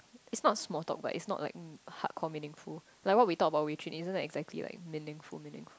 is not small talk but it's not like hardcore meaningful like what we talk about Wei-jun isn't exactly like meaningful meaningful